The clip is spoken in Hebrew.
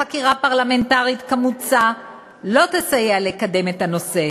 ועדת חקירה פרלמנטרית כמוצע לא תסייע לקדם את הנושא,